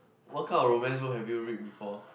what kind of romance book have you read before